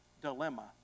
dilemma